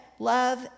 love